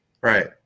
Right